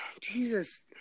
Jesus